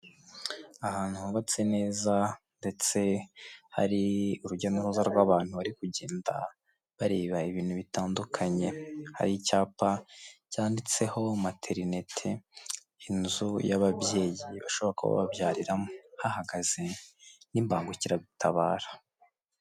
Ahantu hubatse neza ndetse hari urujya n'uruza rw'abantu bari kugenda bareba ibintu bitandukanye, hari icyapa cyanditseho materinite, inzu y'ababyeyi bashobora kuba babyariramo, hahagaze n'ibangukiragutabara.